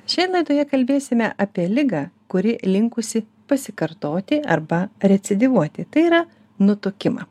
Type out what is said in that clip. šiandien laidoje kalbėsime apie ligą kuri linkusi pasikartoti arba recidyvuoti tai yra nutukimą